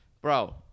Bro